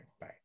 bye